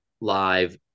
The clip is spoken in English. live